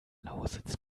lausitz